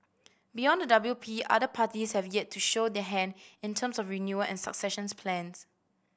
beyond the W P other parties have yet to show their hand in terms of renewal and succession plans